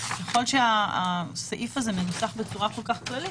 ככל שהסעיף הזה מנוסח בצורה כל כך כללית,